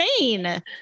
insane